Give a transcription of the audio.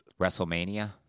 WrestleMania